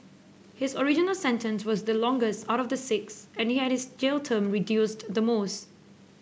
his original sentence was the longest out of the six and he had his jail term reduced the most